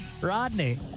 Rodney